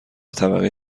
طبقه